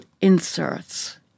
inserts